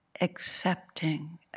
accepting